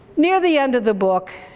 near the end of the book,